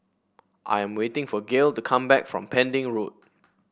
I am waiting for Gale to come back from Pending Road